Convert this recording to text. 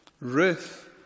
Ruth